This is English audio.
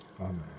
Amen